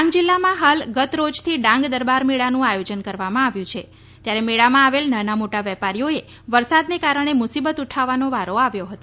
ડાંગ જિલ્લામાં હાલે ગત રોજથી ડાંગ દરબાર મેળાનું આયોજન કરવામાં આવ્યું છે ત્યારે મેળામાં આવેલ નાના મોટા વેપારીઓ એ વરસાદને કારણે મુસીબત ઉઠાવવાનો વારો આવ્યો હતો